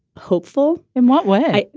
hopeful in what way?